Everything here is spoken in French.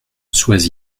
sois